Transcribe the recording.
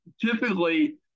typically –